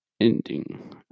Ending